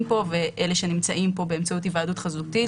פה ואלה שנמצאים פה באמצעות היוועדות חזותית.